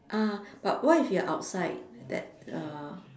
ah but what if you're outside that uh